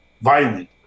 violent